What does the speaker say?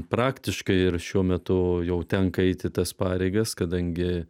praktiškai ir šiuo metu jau tenka eiti tas pareigas kadangi